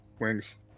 wings